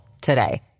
today